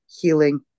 healing